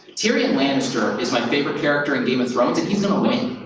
tyrion lannister is my favorite character in game of thrones, and he's gonna win.